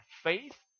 faith